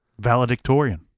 Valedictorian